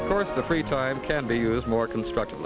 of course the free time can be used more constructive